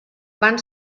van